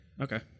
Okay